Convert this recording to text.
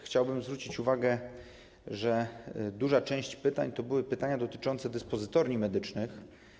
Chciałbym zwrócić uwagę, że duża część pytań to były pytania dotyczące dyspozytorni medycznych.